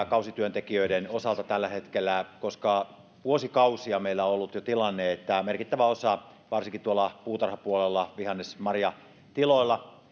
kausityöntekijöiden osalta todellinen ongelma tällä hetkellä koska jo vuosikausia meillä on ollut se tilanne että merkittävä osa varsinkin tuolla puutarhapuolella vihannes ja marjatiloilla